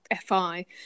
fi